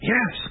Yes